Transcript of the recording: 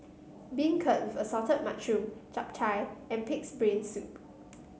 Beancurd Assorted Mushroom Chap Chai and pig's brain soup